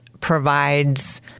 provides